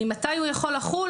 ממתי הוא יכול לחול?